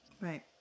Right